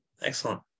Excellent